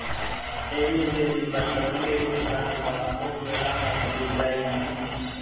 एमे जे बीमा करवले रहल बा ओके राहत मिल जाई